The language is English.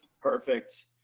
Perfect